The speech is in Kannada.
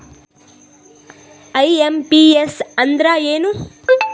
ಐ.ಎಂ.ಪಿ.ಎಸ್ ಅಂದ್ರ ಏನು?